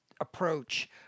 approach